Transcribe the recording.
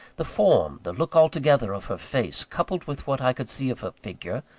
the form, the look altogether, of her face, coupled with what i could see of her figure,